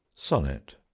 Sonnet